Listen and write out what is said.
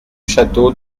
château